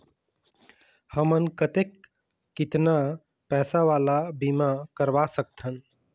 हमन कतेक कितना पैसा वाला बीमा करवा सकथन?